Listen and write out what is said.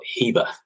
heba